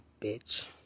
bitch